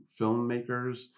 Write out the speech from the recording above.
filmmakers